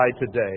today